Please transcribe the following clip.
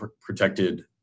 protected